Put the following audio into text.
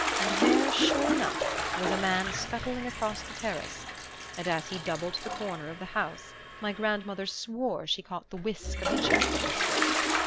and there, sure enough was a man scuttling across the terrace and as he doubled the corner of the house my grandmother swore she caught the whisk of the chaplain's skirts.